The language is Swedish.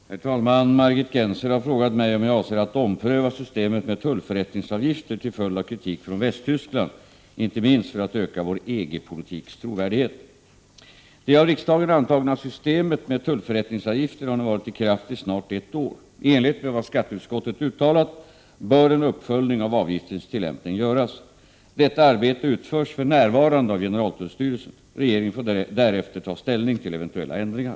Herr talman! Margit Gennser har frågat mig om jag avser att ompröva systemet med tullförrättningsavgifter till följd av kritik från Västtyskland, inte minst för att öka vår EG-politiks trovärdighet. Det av riksdagen antagna systemet med tullförrättningsavgifter har nu varit i kraft i snart ett år. I enlighet med vad skatteutskottet uttalat bör en uppföljning av avgiftens tillämpning göras. Detta arbete utförs för närvarande av generaltullstyrelsen. Regeringen får därefter ta ställning till eventuella ändringar.